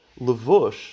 Levush